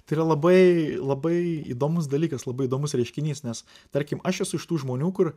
tai yra labai labai įdomus dalykas labai įdomus reiškinys nes tarkim aš esu iš tų žmonių kur